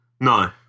No